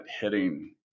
hitting